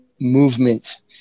movement